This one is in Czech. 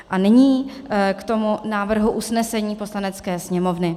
A nyní k tomu návrhu usnesení Poslanecké sněmovny.